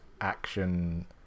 action